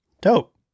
Dope